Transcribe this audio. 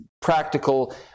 practical